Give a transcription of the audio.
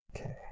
Okay